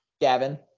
Gavin